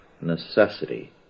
necessity